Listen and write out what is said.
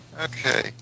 Okay